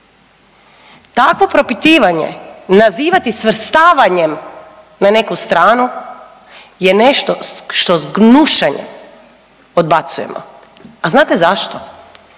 takvo propitivanje nazivati svrstavanjem na neku stranu je nešto što s gnušanjem odbacujemo. A znate zašto?